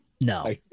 no